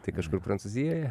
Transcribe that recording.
tai kažkur prancūzijoje